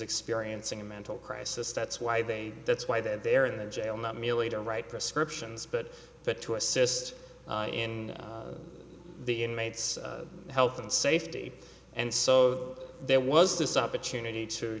experiencing a mental crisis that's why they that's why they're there in the jail not merely to write prescriptions but but to assist in the inmates health and safety and so there was this opportunity to